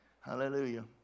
Hallelujah